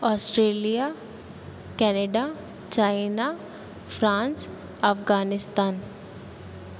Australia Canada China France Afghanistan